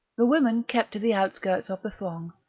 the women kept to the outskirts of the throng,